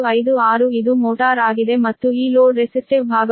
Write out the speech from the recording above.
2256 ಇದು ಮೋಟಾರ್ ಆಗಿದೆ ಮತ್ತು ಈ ಲೋಡ್ ರೆಸಿಸ್ಟೆವ್ ಭಾಗವು 1